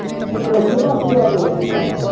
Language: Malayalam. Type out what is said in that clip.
അപ്പം ഡ്രസ്സിനും ഒത്തിരിയാകുകേലെ പൈസ